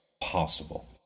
possible